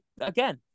Again